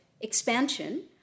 expansion